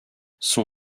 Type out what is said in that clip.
son